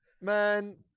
man